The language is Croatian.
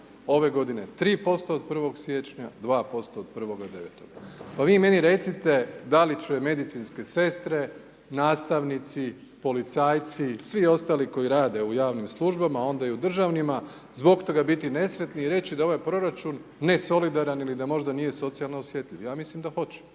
ove godine 3% od 1. siječnja, 2% od 1.9. Pa vi meni recite da li će medicinske sestre, nastavnici, policajci, svi ostali koji rade u javnim službama, a onda i u državnima zbog toga biti nesretni i reći da je ovaj proračun nesolidaran ili da možda nije socijalno osjetljiv, ja mislim da hoće.